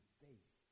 faith